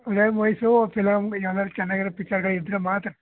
ಉದಯ movies film ಯಾವ್ದಾದ್ರು ಚೆನ್ನಾಗಿರವು ಪಿಚ್ಚರ್ಗಳು ಇದ್ದರೆ ಮಾತ್ರ